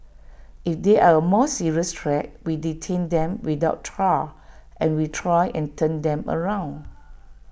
if they are A more serious threat we detain them without trial and we try and turn them around